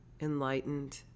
enlightened